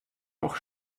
noch